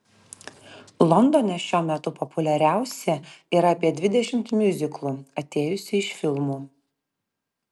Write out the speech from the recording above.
londone šiuo metu populiariausi yra apie dvidešimt miuziklų atėjusių iš filmų